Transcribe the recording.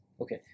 Okay